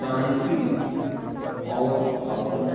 शान्ति आओर अपन